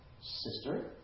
sister